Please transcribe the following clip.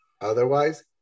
Otherwise